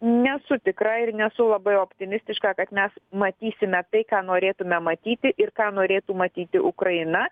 nesu tikra ir nesu labai optimistiška kad mes matysime tai ką norėtume matyti ir ką norėtų matyti ukraina